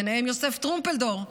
ביניהם יוסף טרומפלדור,